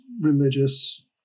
religious